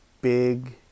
big